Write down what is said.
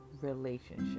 relationship